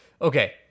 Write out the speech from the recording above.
Okay